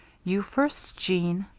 you first, jeanne.